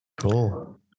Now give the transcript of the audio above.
Cool